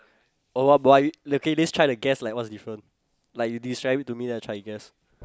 oh uh but okay let's like to guess like what's different like you describe it to me then I try and guess